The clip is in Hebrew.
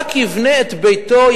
רק יבנה את ביתו,